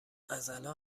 ازالان